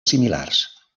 similars